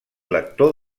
lector